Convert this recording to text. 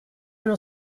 uno